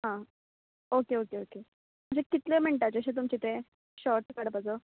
आं okay okay okay म्हणजे कितलें मिण्टाचे अशें तुमचें तें शाॅट काडपाचो